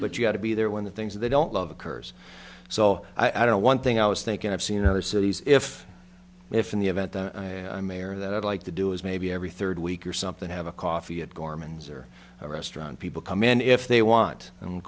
but you got to be there when the things they don't love occurs so i don't one thing i was thinking i've seen other cities if if in the event the mayor that i'd like to do is maybe every third week or something have a coffee at gorman's or a restaurant people come in if they want and